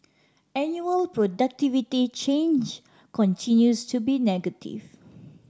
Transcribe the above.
annual productivity change continues to be negative